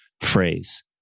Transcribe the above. phrase